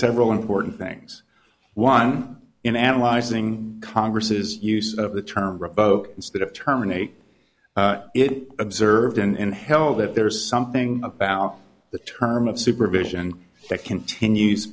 several important things one in analyzing congress's use of the term instead of terminate it observed in hell that there is something about the term of supervision that continues